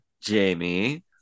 Jamie